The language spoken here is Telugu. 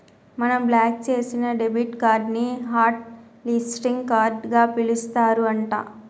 మనం బ్లాక్ చేసిన డెబిట్ కార్డు ని హట్ లిస్టింగ్ కార్డుగా పిలుస్తారు అంట